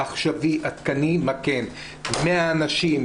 עכשווי ועדכני מה כן 100 אנשים,